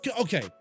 Okay